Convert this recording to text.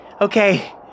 Okay